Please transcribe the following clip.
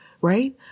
right